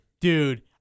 Dude